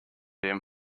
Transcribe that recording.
him